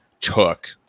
took